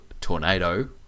tornado